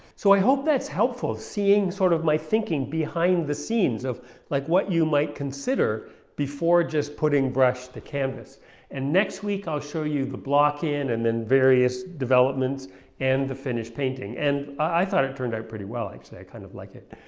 so i hope that's helpful seeing sort of my thinking behind the scenes of like what you might consider before just putting brush to canvas and next week i'll show you the block in and then various developments and the finished painting and i thought it turned out pretty well actually i kind of like it.